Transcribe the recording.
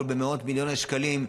בסך מאות מיליוני שקלים,